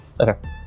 Okay